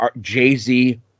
Jay-Z